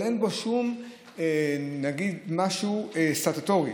אבל אין בו שום משהו סטטוטורי,